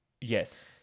Yes